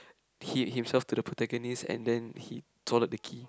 he himself to the antagonist and then he swallowed the key